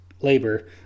Labor